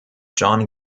john